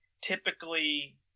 typically